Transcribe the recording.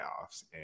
playoffs